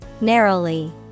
Narrowly